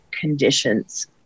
conditions